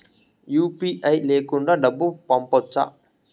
UPI లేకుండా డబ్బు పంపొచ్చా